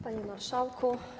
Panie Marszałku!